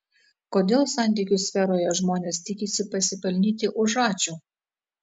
kodėl santykių sferoje žmonės tikisi pasipelnyti už ačiū